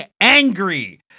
angry